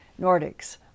Nordics